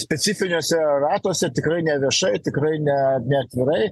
specifiniuose ratuose tikrai ne viešai tikrai ne neatvirai